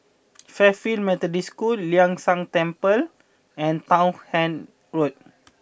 Fairfield Methodist School Ling San Teng Temple and Townshend Road